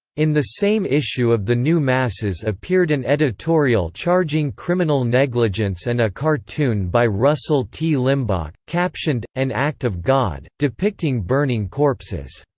in the same issue of the new masses appeared an editorial charging criminal negligence and a cartoon by russell t. limbach, captioned, an act of god, depicting burning corpses.